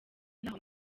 ntaho